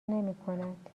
نمیکند